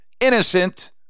innocent